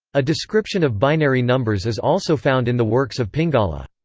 a description of binary numbers is also found in the works of pingala.